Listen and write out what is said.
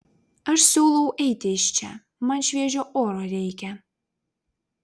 aš siūlau eiti iš čia man šviežio oro reikia